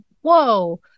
whoa